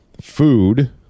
food